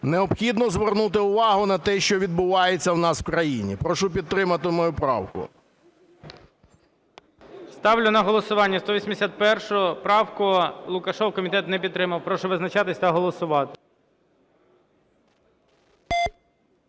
необхідно звернути увагу на те, що відбувається у нас в країні. Прошу підтримати мою правку. ГОЛОВУЮЧИЙ. Ставлю на голосування 181 правку Лукашева. Комітет не підтримав. Прошу визначатися та голосувати.